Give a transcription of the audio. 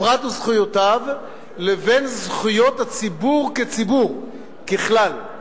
הפרט וזכויותיו, לבין זכויות הציבור כציבור, ככלל.